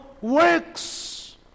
works